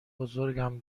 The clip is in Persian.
بزرگم